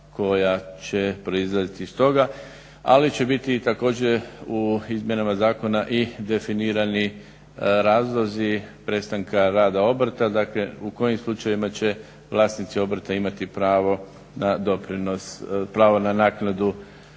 koja će proizlaziti iz toga, ali će biti i također u izmjenama zakona i definirani razlozi prestanka rada obrta, dakle u kojim slučajevima će vlasnici obrta imati pravo na naknadu za